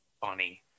funny